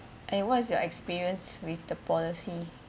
and what is your experience with the policy